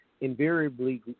invariably